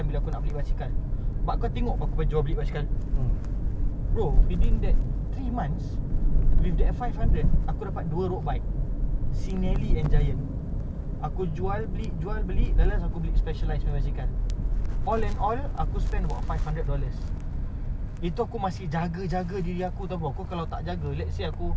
I really want to get a Santa Cruz I don't mind selling both bike and getting a Santa Cruz but aku talk crap nak top up sikit see when all this top up datang aku nak dah control diri aku and I know when I go fishing it will be the same shit I need I need small reel I a~ aku need small uh set-up aku need big set-up nak pergi boat aku nak ada boat set-up